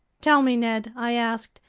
tell me, ned, i asked,